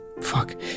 fuck